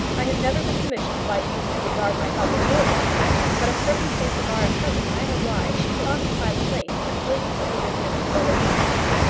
i have never been commissioned by you to regard myself as your lawyer, but as circumstances are at present, i am obliged to occupy the place until you put your business into other hands.